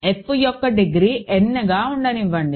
f యొక్క degree n ఉండనివ్వండి